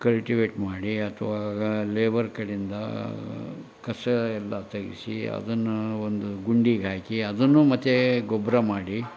cultivate ಮಾಡಿ ಅಥವಾ labour ಕಡೆಯಿಂದ ಕಸ ಎಲ್ಲ ತೆಗೆಸಿ ಅದನ್ನು ಒಂದು ಗುಂಡಿಗೆ ಹಾಕಿ ಅದನ್ನು ಮತ್ತೆ ಗೊಬ್ಬರ ಮಾಡಿ